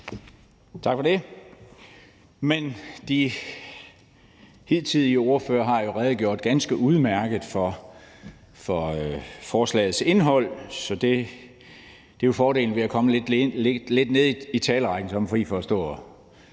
Tak for det. De hidtidige ordførere har jo redegjort ganske udmærket for forslagets indhold. Det er jo fordelen ved at komme lidt nede i talerrækken, for så